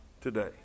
today